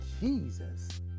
Jesus